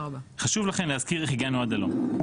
חשוב לכן להזכיר איך הגענו עד הלום.